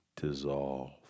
dissolve